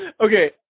Okay